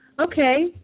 Okay